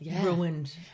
ruined